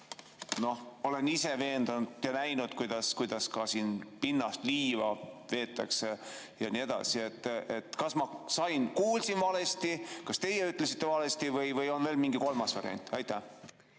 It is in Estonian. ise selles veendunud ja näinud, kuidas siin pinnast, liiva veetakse ja nii edasi. Kas ma kuulsin valesti, kas teie ütlesite valesti või on veel mingi kolmas variant? Suur